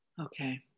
Okay